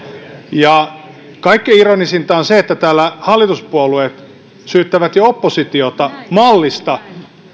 ja kaikkein ironisinta on se että täällä hallituspuolueet syyttävät jo oppositiota mallista